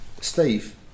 Steve